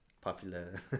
popular